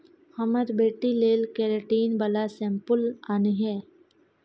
हमर बेटी लेल केरेटिन बला शैंम्पुल आनिहे